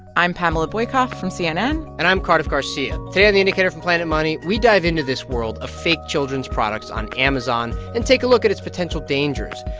i'm pamela boykoff from cnn and i'm cardiff garcia. today on the indicator from planet money we dive into this world of fake children's products on amazon and take a look at its potential dangers.